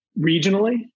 regionally